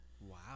Wow